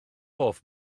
hoff